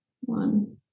One